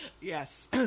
Yes